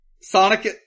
Sonic